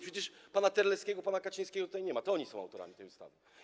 Przecież pana Terleckiego ani pana Kaczyńskiego tutaj nie ma, a to oni są autorami tej ustawy.